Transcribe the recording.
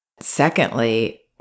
Secondly